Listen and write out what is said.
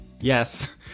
Yes